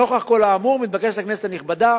נוכח כל האמור מתבקשת הכנסת הנכבדה